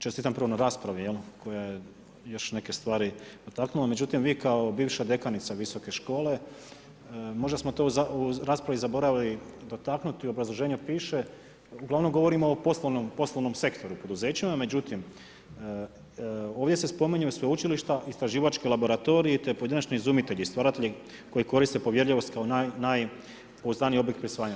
Čestitam prvo na raspravi koja je još neke stvari dotaknula, međutim vi kao bivša dekanica visoke škole, možda smo to u raspravi zaboravili dotaknuti i u obrazloženju piše, uglavnom govorimo o poslovnom sektoru u poduzećima, međutim ovdje se spominju sveučilišta, istraživački laboratoriji, te pojedinačni izumitelji i stvaratelji koji koriste povjerljivost kao najpouzdaniji oblik prisvajanja.